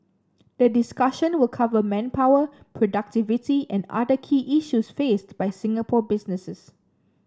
the discussion will cover manpower productivity and other key issues faced by Singapore businesses